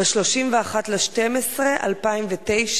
ב-31 בדצמבר 2009,